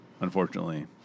Unfortunately